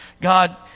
God